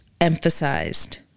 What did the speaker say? emphasized